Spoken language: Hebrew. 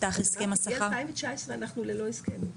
מ-2019 אנחנו ללא הסכם.